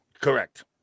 Correct